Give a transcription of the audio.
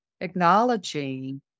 acknowledging